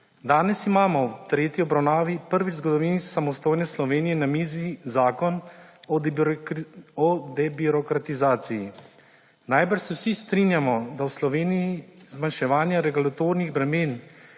Danes imamo v tretji obravnavi prvič v zgodovini samostojne Slovenije na mizi Zakona o debirokratizaciji. Najbrž se vsi strinjamo, da v Sloveniji zmanjševanje regulatornih bremen